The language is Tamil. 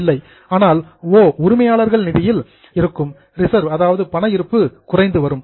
இல்லை ஆனால் ஓ உரிமையாளர்கள் நிதியில் இருக்கும் ரிசர்வ் பண இருப்பு குறைந்து வரும்